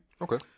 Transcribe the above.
Okay